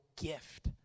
gift